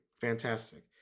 fantastic